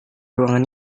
ruangan